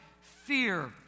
fear